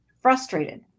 Frustrated